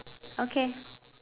okay